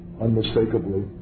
unmistakably